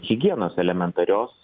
higienos elementarios